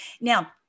Now